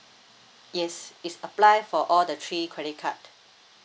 yes it's apply for all the three credit card